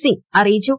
സിംഗ് അറിയിച്ചു